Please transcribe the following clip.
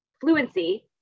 fluency